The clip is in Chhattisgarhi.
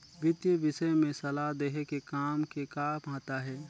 वितीय विषय में सलाह देहे के काम के का महत्ता हे?